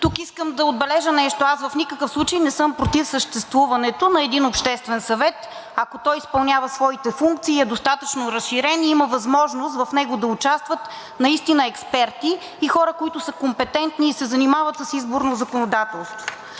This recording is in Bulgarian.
Тук искам да отбележа нещо. Аз в никакъв случай не съм против съществуването на един обществен съвет, ако той изпълнява своите функции и е достатъчно разширен и има възможност в него да участват наистина експерти и хора, които са компетентни и се занимават с изборно законодателство.